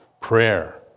Prayer